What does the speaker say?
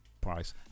price